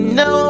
no